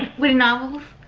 whittynovels?